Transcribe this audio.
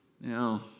Now